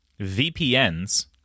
VPNs